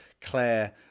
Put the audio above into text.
Claire